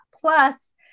plus